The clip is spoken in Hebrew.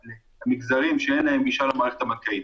למגזרים שאין להם גישה למערכת הבנקאית.